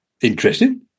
interesting